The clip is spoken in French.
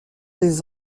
des